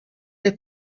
les